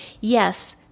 yes